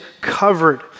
covered